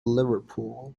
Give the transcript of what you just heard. liverpool